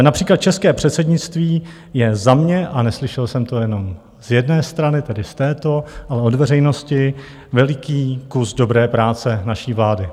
Například české předsednictví je za mě, a neslyšel jsem to jenom z jedné strany, tedy z této, ale od veřejnosti, veliký kus dobré práce naší vlády.